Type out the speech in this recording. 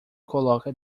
coloca